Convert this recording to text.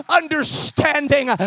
understanding